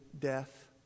death